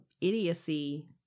idiocy